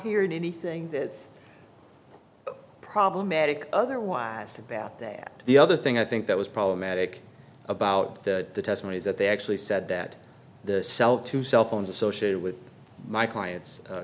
hearing anything that's problematic otherwise about that the other thing i think that was problematic about the testimony is that they actually said that the cell to cell phones associated with my client's